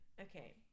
okay